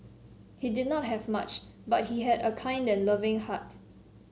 he did not have much but he had a kind and loving heart